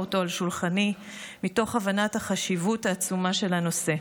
אותו על שולחני מתוך הבנת החשיבות העצומה של הנושא.